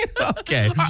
Okay